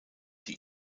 die